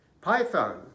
Python